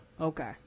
Okay